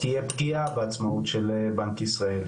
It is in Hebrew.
תהיה פגיעה בעצמאות של בנק ישראל,